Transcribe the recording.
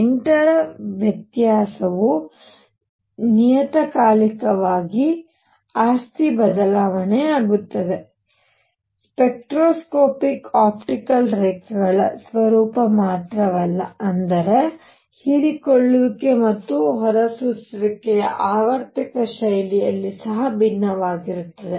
8 ರ ವ್ಯತ್ಯಾಸವು ನಿಯತಕಾಲಿಕವಾಗಿ ಆಸ್ತಿ ಬದಲಾವಣೆಯಾಗುತ್ತದೆ ಸ್ಪೆಕ್ಟ್ರೋಸ್ಕೋಪಿಕ್ ಆಪ್ಟಿಕಲ್ ರೇಖೆಗಳ ಸ್ವರೂಪ ಮಾತ್ರವಲ್ಲ ಅಂದರೆ ಹೀರಿಕೊಳ್ಳುವಿಕೆ ಮತ್ತು ಹೊರಸೂಸುವಿಕೆ ಆವರ್ತಕ ಶೈಲಿಯಲ್ಲಿ ಸಹ ಭಿನ್ನವಾಗಿರುತ್ತದೆ